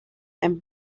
and